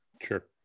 Sure